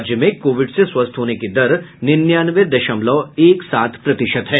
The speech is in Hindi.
राज्य में कोविड से स्वस्थ होने की दर निन्यानवे दशमलव एक सात प्रतिशत है